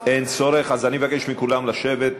אין צורך, אז אני מבקש מכולם לשבת,